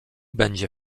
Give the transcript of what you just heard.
będzie